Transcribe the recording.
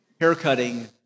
haircutting